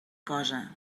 cosa